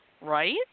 right